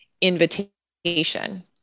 invitation